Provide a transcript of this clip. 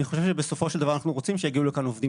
אני חושב שבסופו של דבר אנחנו רוצים שיגיעו לכאן עובדים